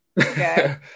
Okay